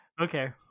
Okay